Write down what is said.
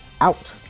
out